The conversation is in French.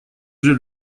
j’ai